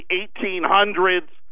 1800s